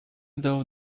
though